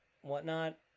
whatnot